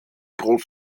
groß